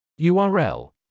url